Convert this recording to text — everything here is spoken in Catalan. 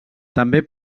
també